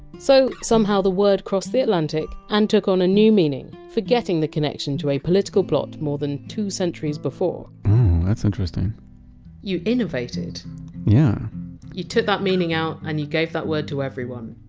so somehow the word crossed the atlantic, and took on a new meaning, forgetting the connection to a political plot more than two centuries before that's interesting you innovated yeah you took that meaning out and you gave that word to everyone.